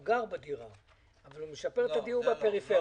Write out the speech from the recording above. הוא גר בדירה אבל הוא משפר את הדיור בפריפריה.